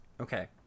Okay